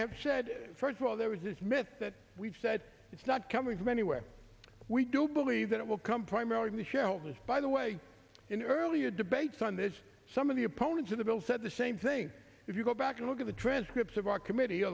am shed first of all there was this myth that we've said it's not coming from anywhere we don't believe that it will come primarily michele by the way in earlier debates on the edge some of the opponents of the bill said the same thing if you go back and look at the transcripts of our committee